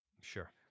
Sure